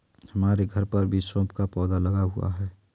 हमारे घर पर भी सौंफ का पौधा लगा हुआ है